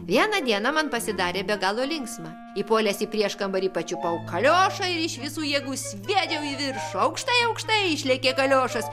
vieną dieną man pasidarė be galo linksma įpuolęs į prieškambarį pačiupau kaliošą ir iš visų jėgų sviedžiau į viršų aukštai aukštai išlėkė kaliošas